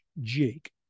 Jake